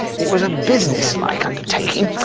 it was a business-like undertaking,